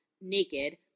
naked